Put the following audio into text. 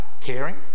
caring